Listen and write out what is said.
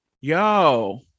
yo